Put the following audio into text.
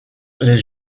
les